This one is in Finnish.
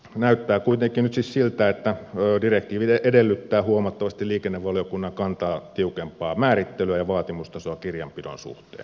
näyttää kuitenkin nyt siis siltä että direktiivi edellyttää huomattavasti liikennevaliokunnan kantaa tiukempaa määrittelyä ja vaatimustasoa kirjanpidon suhteen